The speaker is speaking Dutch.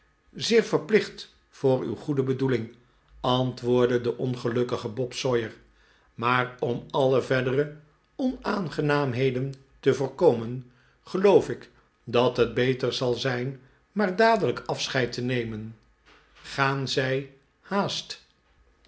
zeer verplicht voor uw goede bedoeling antwoordde de ongelukkige bob sawyer maar om alle verdere onaangenaamheden te voorkomen geloof ik dat het beter zal zijn maar dadelijk afscheid te nemen gaan zij haast